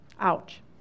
ouch